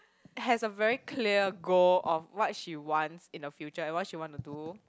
has a very clear goal of what she wants in the future and what she want to do